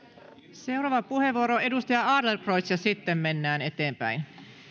seuraava puheenvuoro edustaja adlercreutz ja sitten mennään eteenpäin